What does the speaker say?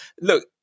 Look